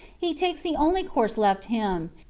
he takes the only course left him,